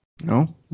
no